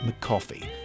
McCoffee